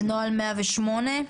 נוהל 108,